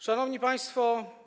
Szanowni Państwo!